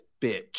bitch